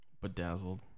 Bedazzled